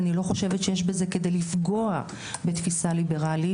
אני לא חושבת שיש בזה כדי לפגוע בתפיסה ליברלית.